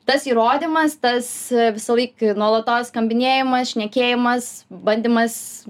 tas įrodymas tas visąlaik nuolatos skambinėjimas šnekėjimas bandymas